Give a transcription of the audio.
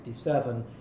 1967